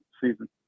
season